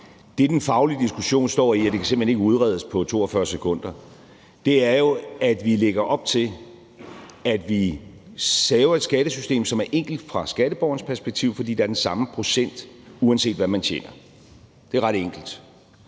Det, den faglige diskussion står i – og det kan simpelt hen ikke udredes på 42 sekunder – er jo, at vi lægger op til, at vi laver et skattesystem, som er enkelt set fra skatteborgerens perspektiv, fordi der er den samme procent, uanset hvad man tjener. Det er ret enkelt.